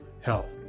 health